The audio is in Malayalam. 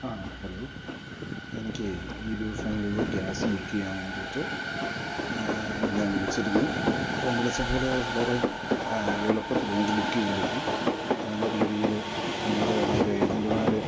ആ ഹലോ എനിക്കെ ഈ ദിവസങ്ങളിൽ ഗ്യാസ് ബുക്ക് ചെയ്യാൻ വേണ്ടിയിട്ട് ഞാൻ വിളിച്ചിരുന്നു അപ്പം വിളിച്ചപ്പോൾ വളരെ എളുപ്പത്തിലെനിക്ക് ബുക്ക് ചെയ്യാൻ പറ്റി നല്ല രീതിയിൽ എന്നോട് അവർ ഏജൻ്റുമാർ